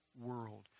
world